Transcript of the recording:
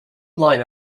line